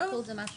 בסדר.